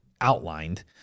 outlined